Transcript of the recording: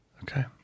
Okay